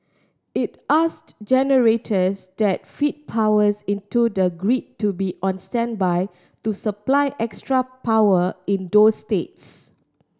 it asked generators that feed powers into the grid to be on standby to supply extra power in those states